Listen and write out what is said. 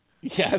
Yes